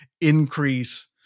increase